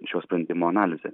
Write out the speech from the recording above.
šio sprendimo analizė